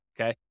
okay